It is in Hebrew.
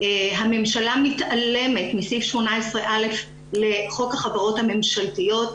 הממשלה מתעלמת מסעיף 18א לחוק החברות הממשלתיות.